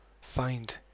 find